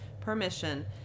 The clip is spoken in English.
permission